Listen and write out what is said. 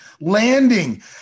landing